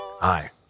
Hi